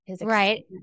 Right